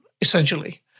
essentially